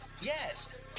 Yes